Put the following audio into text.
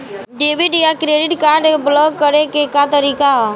Debit या credit card block करे के का तरीका ह?